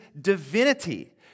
divinity